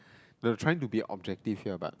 they were trying to be objective here but